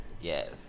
yes